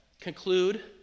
conclude